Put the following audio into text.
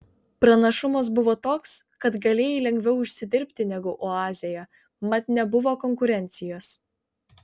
pranašumas buvo toks kad galėjai lengviau užsidirbti negu oazėje mat nebuvo konkurencijos